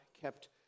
kept